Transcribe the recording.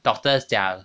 doctors 讲